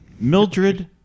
Mildred